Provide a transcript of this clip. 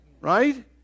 right